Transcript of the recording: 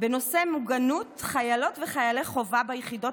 בנושא מוגנות חיילות וחיילי חובה ביחידות